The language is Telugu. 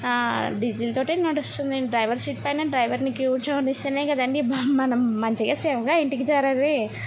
డీజిల్ తోటే నడుస్తుంది డ్రైవర్ సీట్ పైన డ్రైవర్ని కుర్చోనిస్తేనే కదండి మనం మంచిగా సేఫ్గా ఇంటికి చేరేది